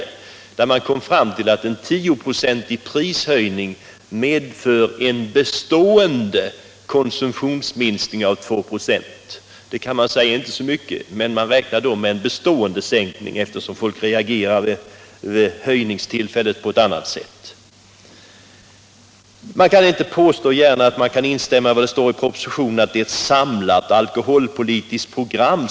Man kom i undersökningen fram till att en tioprocentig prishöjning medförde en bestående konsumtionsminskning med 2 96. Det kan ju sägas att det inte är så mycket, men man räknar alltså här med en bestående konsumtionsminskning — folk reagerar ju kraftigast vid själva höjningstillfället. Jag kan inte påstå att jag vill instämma i det som sägs i propositionen, nämligen att det här framläggs ett samlat alkoholpolitiskt program.